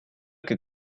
que